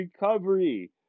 recovery